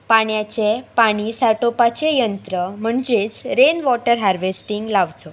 पाण्याचें पाणी सांठोवपाचें यंत्र म्हणजेच रेन वॉटर हार्वेस्टींग लावचो